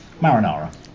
Marinara